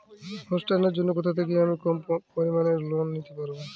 অনুষ্ঠানের জন্য কোথা থেকে আমি কম পরিমাণের লোন নিতে পারব?